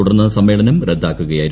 തുടർന്ന് സ്ട്മ്മേള്നം റദ്ദാക്കുകയായിരുന്നു